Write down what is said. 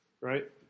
Right